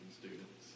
students